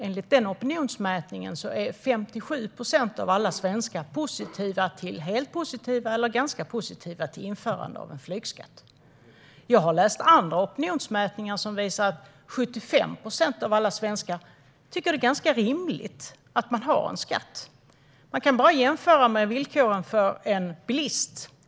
Enligt opinionsmätningen är 57 procent av alla svenskar helt eller ganska positiva till införande av en flygskatt. Jag har läst andra opinionsmätningar som visar att 75 procent av alla svenskar tycker att det är ganska rimligt att man har en skatt. Vi kan jämföra med villkoren för en bilist.